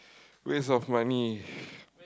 waste of money